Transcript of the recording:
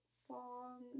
song